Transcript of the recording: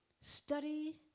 study